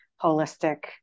holistic